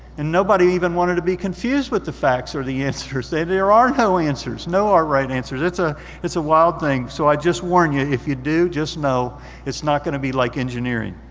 and nobody even wanted to be confused with the facts or the answers, say there are no answers, no or right answers. it's ah it's a wild thing. so i just warn you, if you do, just know it's not gonna be like engineering.